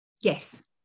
Yes